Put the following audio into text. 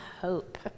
hope